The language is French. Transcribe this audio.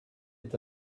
est